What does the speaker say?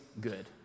good